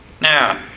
Now